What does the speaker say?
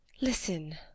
listen